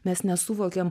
mes nesuvokiam